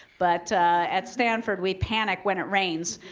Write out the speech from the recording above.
but at stanford, we panic when it rains.